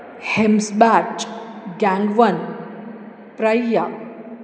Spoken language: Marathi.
हेम्सबॅच गॅँगवन प्रैया